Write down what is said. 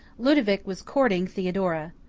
ludovic was courting theodora.